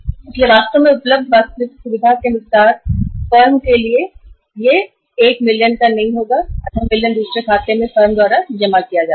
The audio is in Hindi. इसीलिए वास्तव में फर्म को जो ऋण उपलब्ध है वह 5 लाख डॉलर है न कि 10 लाख डॉलर क्योंकि 5 लाख डॉलर फर्म ने बैंक के दूसरे खाते में जमा कर रखे हैं